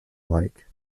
like